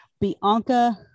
Bianca